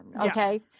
Okay